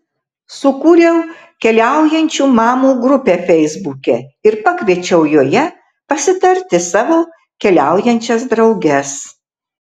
sukūriau keliaujančių mamų grupę feisbuke ir pakviečiau joje pasitarti savo keliaujančias drauges